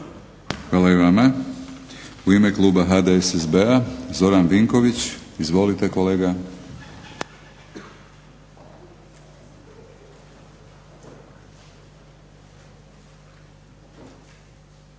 Hvala i vama. U ime kluba HDSSB-a Zoran Vinković. Izvolite kolega. **Vinković,